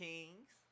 Kings